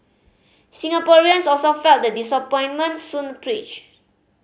Singaporeans also felt the disappointment Soon preached